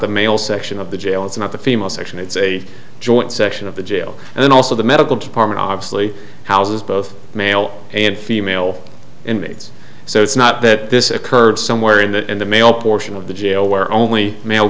the male section of the jail it's not the female section it's a joint session of the jail and then also the medical department obviously houses both male and female inmates so it's not that this occurred somewhere in the in the male portion of the jail where only male